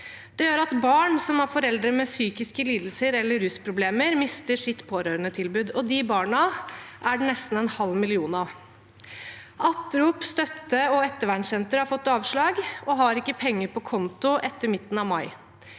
Det gjør at barn som har foreldre med psykiske lidelser eller rusproblemer, mister sitt pårørendetilbud, og de barna er det nesten en halv million av. ATROP støtte- og ettervernsenter har fått avslag og har ikke penger på konto etter midten av mai.